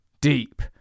Deep